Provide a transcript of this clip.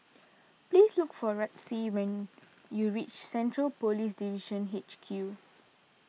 please look for Rusty when you reach Central Police Division H Q